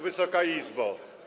Wysoka Izbo!